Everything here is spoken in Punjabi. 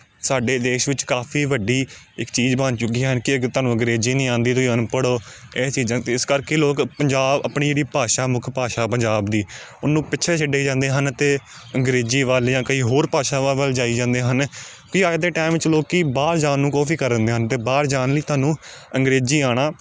ਸਾਡੇ ਦੇਸ਼ ਵਿੱਚ ਕਾਫੀ ਵੱਡੀ ਇੱਕ ਚੀਜ਼ ਬਣ ਚੁੱਕੀ ਹਨ ਕਿ ਅਗਰ ਤੁਹਾਨੂੰ ਅੰਗਰੇਜ਼ੀ ਨਹੀਂ ਆਉਂਦੀ ਤੁਹੀਂ ਅਨਪੜ੍ਹ ਓ ਇਹ ਚੀਜ਼ਾਂ ਅਤੇ ਇਸ ਕਰਕੇ ਲੋਕ ਪੰਜਾਬ ਆਪਣੀ ਜਿਹੜੀ ਭਾਸ਼ਾ ਮੁੱਖ ਭਾਸ਼ਾ ਪੰਜਾਬ ਦੀ ਉਹਨੂੰ ਪਿੱਛੇ ਛੱਡੀ ਜਾਂਦੇ ਹਨ ਅਤੇ ਅੰਗਰੇਜ਼ੀ ਵਾਲੀਆਂ ਕਈ ਹੋਰ ਭਾਸ਼ਾਵਾਂ ਵੱਲ ਜਾਈ ਜਾਂਦੇ ਹਨ ਵੀ ਅੱਜ ਦੇ ਟਾਈਮ 'ਚ ਲੋਕ ਬਾਹਰ ਜਾਣ ਨੂੰ ਕਾਫੀ ਕਰਨ ਦੇ ਹਨ ਅਤੇ ਬਾਹਰ ਜਾਣ ਲਈ ਤੁਹਾਨੂੰ ਅੰਗਰੇਜ਼ੀ ਆਉਣਾ